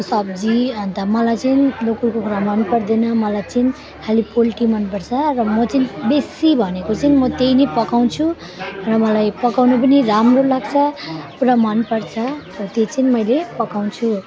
सब्जी अनि त मलाई चाहिँ लोकल कुखुरा मन पर्दैन मलाई चाहिँ खालि पोल्ट्री मन पर्छ र म चाहिँ बेसी भनेको चाहिँ त्यही नै पकाउँछु र मलाई पकाउनु पनि राम्रो लाग्छ पुरा मन पर्छ र त्यो चाहिँ मैले पकाउँछु